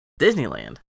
Disneyland